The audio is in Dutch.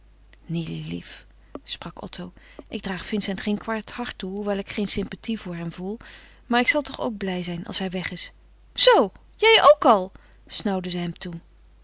nily lief sprak otto ik draag vincent geen kwaad hart toe hoewel ik geen sympathie voor hem voel maar ik zal toch ook blij zijn als hij weg is zoo jij ook al snauwde zij hem toe